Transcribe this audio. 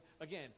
Again